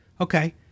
okay